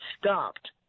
stopped